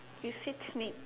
you said to me